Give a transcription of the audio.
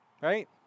right